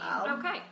Okay